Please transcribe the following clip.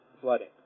flooding